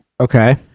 Okay